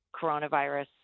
coronavirus